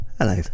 Hello